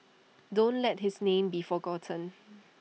don't let his name be forgotten